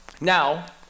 Now